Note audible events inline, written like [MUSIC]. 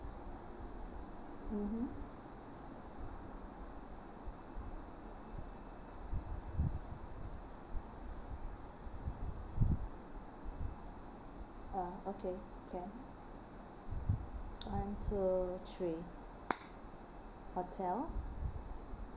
mmhmm uh okay can one two three [NOISE] hotel